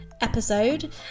episode